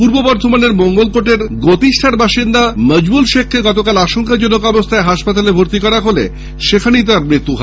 পূর্ব বর্ধমানের মঙ্গলকোটের গতিষ্ঠার বাসিন্দা মজিবুল শেখকে গতকাল আশঙ্কাজনক অবস্হায় হাসপাতালে ভর্তি করা হলে সেখানেই তার মৃত্যু হয়